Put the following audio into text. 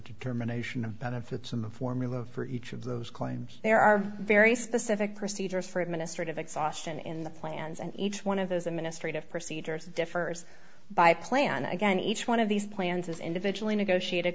determination of benefits in the formula for each of those claims there are very specific procedures for administrative exhaustion in the plans and each one of those administrative procedures differs by plan again each one of these plans is individually negotiate